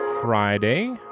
Friday